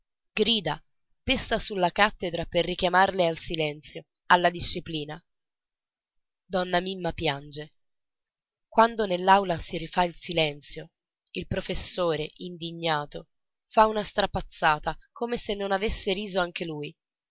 grida pesta sulla cattedra per richiamarle al silenzio alla disciplina donna mimma piange quando nell'aula si rifà il silenzio il professore indignato fa una strapazzata come se non avesse riso anche lui